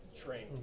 Train